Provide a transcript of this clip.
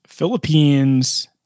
Philippines